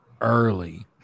early